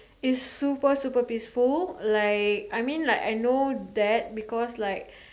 it's super super peaceful like I mean like I know that because like